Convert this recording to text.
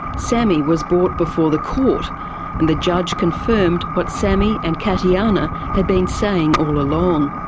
sammy was brought before the court and the judge confirmed what sammy and katiana had been saying all along.